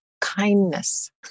kindness